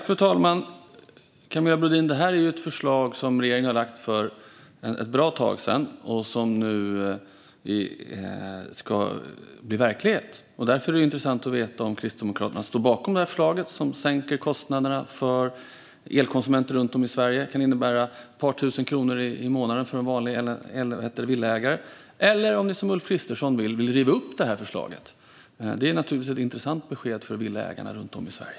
Fru talman! Camilla Brodin! Detta är ett förslag som regeringen lade fram för ett bra tag sedan och som nu ska bli verklighet. Därför är det intressant att veta om Kristdemokraterna står bakom det förslaget, som sänker kostnaderna för elkonsumenter runt om i Sverige. Det kan innebära ett par tusen kronor i månaden för en vanlig villaägare. Eller vill ni, som Ulf Kristersson, riva upp det här förslaget? Det är naturligtvis ett intressant besked för villaägarna runt om i Sverige.